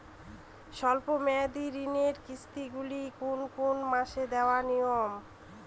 স্বল্প মেয়াদি ঋণের কিস্তি গুলি কোন কোন মাসে দেওয়া নিয়ম?